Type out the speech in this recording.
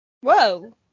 Whoa